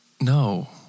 No